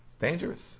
dangerous